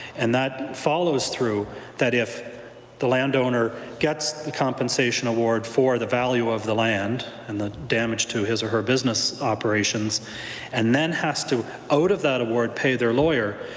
and that follows through that if the landowner gets the compensation award for the value of the land, and the damage to his or her business operation and then has to out of that award pay their lawyer,